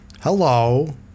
hello